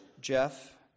Jeff